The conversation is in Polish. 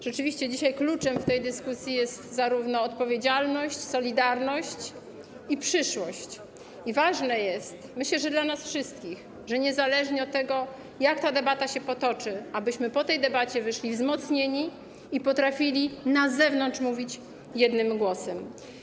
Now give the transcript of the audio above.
Rzeczywiście dzisiaj kluczem w tej dyskusji jest zarówno odpowiedzialność, solidarność, jak i przyszłość i ważne jest, myślę, że dla nas wszystkich, niezależnie od tego, jak ta debata się potoczy, abyśmy po tej debacie wyszli wzmocnieni i potrafili na zewnątrz mówić jednym głosem.